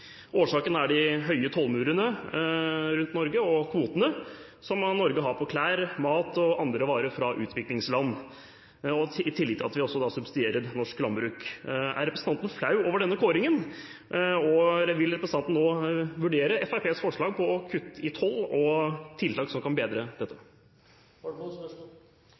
Årsaken er de høye tollmurene rundt Norge og kvotene som Norge har på klær, mat og andre varer fra utviklingsland, i tillegg til at vi subsidierer norsk landbruk. Er representanten flau over denne kåringen? Og vil representanten nå vurdere Fremskrittspartiets forslag om å kutte i toll og om tiltak som kan bedre